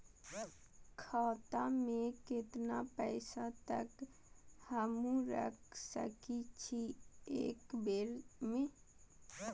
खाता में केतना पैसा तक हमू रख सकी छी एक बेर में?